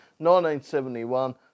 1971